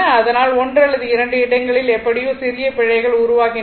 அதனால் 1 அல்லது 2 இடங்களில் எப்படியோ சிறிய பிழைகள் உருவாகின்றன